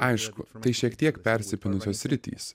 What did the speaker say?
aišku tai šiek tiek persipynusios sritys